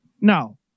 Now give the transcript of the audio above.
Now